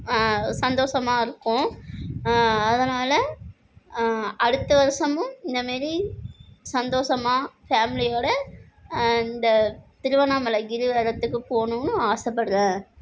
சந்தோஷமா இருக்கும் அதனால் அடுத்த வருஷமும் இந்த மாரி சந்தோஷமா ஃபேமிலியோடு இந்த திருவண்ணாமலை கிரிவலத்துக்கு போகணுன்னு ஆசைப்பட்றேன்